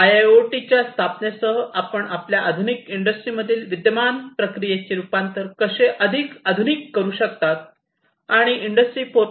आयआयओटीच्या स्थापनेसह आपण आपल्या आधुनिक इंडस्ट्रीमधील विद्यमान प्रक्रियेचे रूपांतर कसे अधिक आधुनिक करू शकता आणि इंडस्ट्री 4